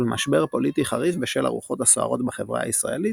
ולמשבר פוליטי חריף בשל הרוחות הסוערות בחברה הישראלית,